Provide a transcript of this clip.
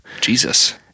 Jesus